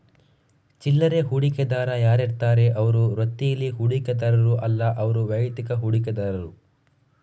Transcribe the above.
ಚಿಲ್ಲರೆ ಹೂಡಿಕೆದಾರ ಯಾರಿರ್ತಾರೆ ಅವ್ರು ವೃತ್ತೀಲಿ ಹೂಡಿಕೆದಾರರು ಅಲ್ಲ ಅವ್ರು ವೈಯಕ್ತಿಕ ಹೂಡಿಕೆದಾರರು